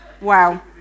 Wow